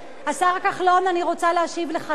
השר כחלון, אני רוצה להשיב לך למה.